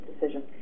decision